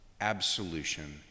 absolution